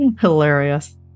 Hilarious